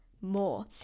more